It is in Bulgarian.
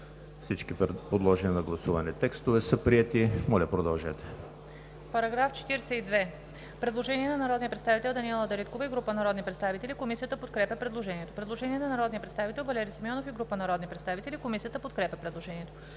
Всички подложени на гласуване текстове са приети. ДОКЛАДЧИК ЕВГЕНИЯ АНГЕЛОВА: По § 42 има предложение от народния представител Даниела Дариткова и група народни представители. Комисията подкрепя предложението. Предложение на народния представител Валери Симеонов и група народни представители. Комисията подкрепя предложението.